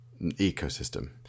ecosystem